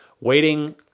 waiting